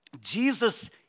Jesus